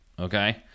Okay